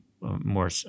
more